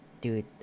dude